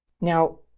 Now